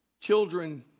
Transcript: children